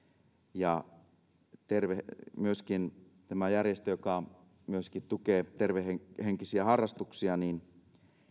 ja myöskin tämä järjestö joka tukee tervehenkisiä harrastuksia